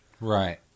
Right